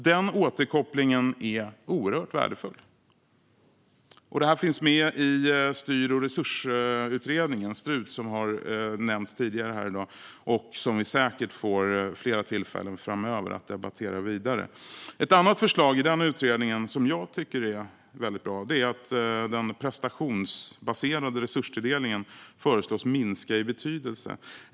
Den återkopplingen är oerhört värdefull. Detta finns med i Styr och resursutredningen, Strut, som har nämnts tidigare här i dag och som vi säkert får flera tillfällen att debattera vidare framöver. Ett annat förslag i den utredningen, som jag tycker är väldigt bra, är att den prestationsbaserade resurstilldelningen föreslås minska i betydelse.